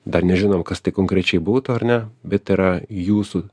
dar nežinom kas tai konkrečiai būtų ar ne bet tai yra jūsų